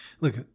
Look